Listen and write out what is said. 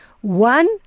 One